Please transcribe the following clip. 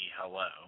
Hello